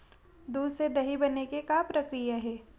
दूध से दही बने के का प्रक्रिया हे?